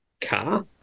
car